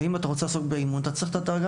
ואם אתה רוצה לעסוק באימון אתה צריך דרגה